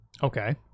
Okay